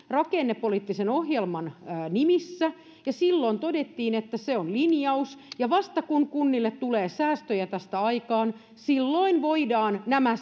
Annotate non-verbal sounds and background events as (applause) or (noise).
(unintelligible) rakennepoliittisen ohjelman nimissä ja silloin todettiin että se on linjaus ja vasta silloin kun kunnille tulee säästöjä tästä aikaan voidaan nämä (unintelligible)